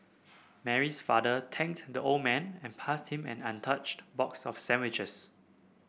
Mary's father thanked the old man and passed him an untouched box of sandwiches